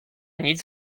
nic